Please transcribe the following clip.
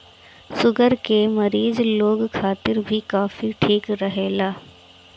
sugar के मरीज लोग खातिर भी कॉफ़ी ठीक रहेला